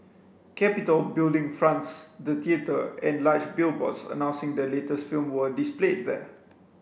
capitol Building fronts the theatre and large billboards announcing the latest film were displayed there